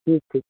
ᱴᱷᱤᱠ ᱴᱷᱤᱠ